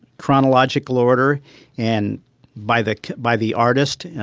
chronological order and by the by the artist.